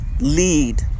lead